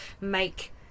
make